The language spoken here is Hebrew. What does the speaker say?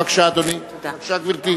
בבקשה, גברתי.